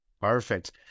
Perfect